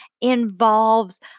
involves